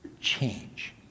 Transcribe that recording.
change